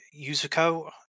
Yuzuko